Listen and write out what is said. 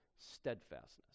steadfastness